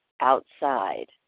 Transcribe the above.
outside